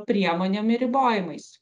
priemonėm ir ribojimais